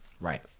Right